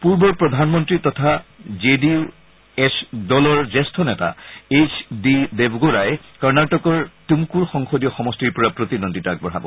পূৰ্বৰ প্ৰধানমন্ত্ৰী তথা জে ডি এছ দলৰ জ্যেষ্ঠ নেতা এইচ ডি দেৱগৌডাই কৰ্ণাটকৰ তুমকুৰ সংসদীয় সমষ্টিৰ পৰা প্ৰতিদ্বন্দ্বিতা আগবঢ়াব